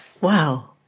Wow